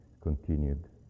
continued